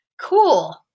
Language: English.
cool